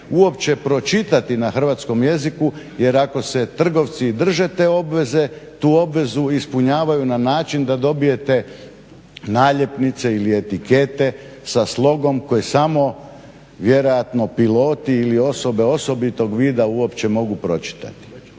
uopće pročitati na hrvatskom jeziku. Jer ako se trgovci drže te obveze, tu obvezu ispunjavaju na način da dobijete naljepnice ili etikete sa s logom koji samo vjerojatno piloti ili osobite osobitog uopće mogu pročitati.